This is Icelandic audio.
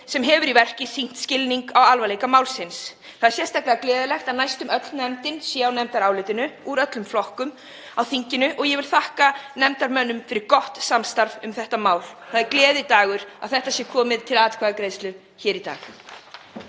sem hefur í verki sýnt skilning á alvarleika málsins. Það er sérstaklega gleðilegt að næstum öll nefndin sé á nefndarálitinu, fólk úr öllum flokkum á þinginu, og ég vil þakka nefndarmönnum fyrir gott samstarf um þetta mál. Það er gleðidagur að þetta sé komið til atkvæðagreiðslu hér í dag.